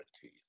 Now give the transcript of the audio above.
teeth